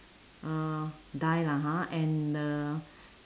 uh die lah ha and the